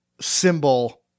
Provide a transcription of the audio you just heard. symbol